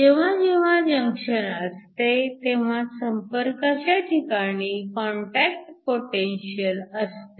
जेव्हा जेव्हा जंक्शन असते तेव्हा संपर्काच्या ठिकाणी काँटॅक्ट पोटेन्शिअल असते